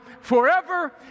forever